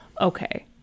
Okay